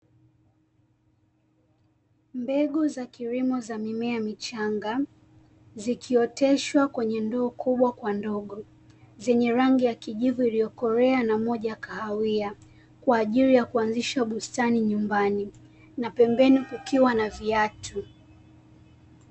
Mbegu za kilimo za mimea michanga, zikioteshwa kwenye ndoo kubwa kwa ndogo, zenye rangi ya kijivu iliyokolea na moja kahawia, kwa ajili ya kuanzisha bustani nyumbani. Na pembeni kukiwa na viatu.